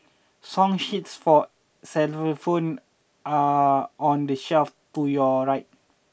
song sheets for xylophones are on the shelf to your right